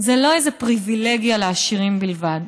זה לא איזו פריבילגיה לעשירים בלבד,